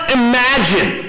imagine